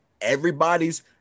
everybody's